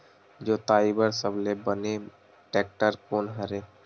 जोताई बर सबले बने टेक्टर कोन हरे?